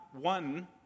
one